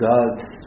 God's